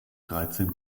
dreizehn